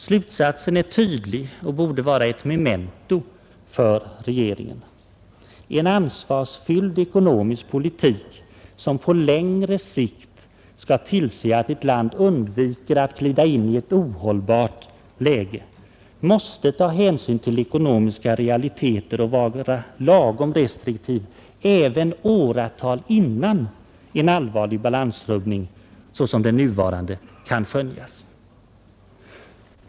Slutsatsen är tydlig och borde vara ett memento för regeringen: En ansvarsfylld ekonomisk politik som på längre sikt skall tillse att ett land undviker att glida in i ett ohållbart läge måste ta hänsyn till ekonomiska realiteter och vara lagom restriktiv även åratal innan en allvarlig balansrubbning, såsom den nuvarande, kan skönjas.